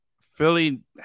Philly